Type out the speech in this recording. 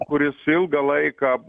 kuris ilgą laiką